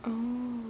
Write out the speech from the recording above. oh